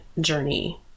journey